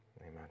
Amen